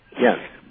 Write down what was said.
Yes